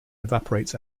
evaporates